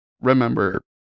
remember